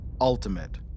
ultimate